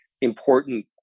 important